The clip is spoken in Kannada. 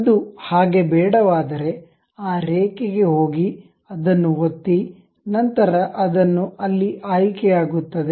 ಅದು ಹಾಗೆ ಬೇಡವಾದರೆ ಆ ರೇಖೆಗೆ ಹೋಗಿ ಅದನ್ನು ಒತ್ತಿ ನಂತರ ಅದನ್ನು ಅಲ್ಲಿ ಆಯ್ಕೆಯಾಗುತ್ತದೆ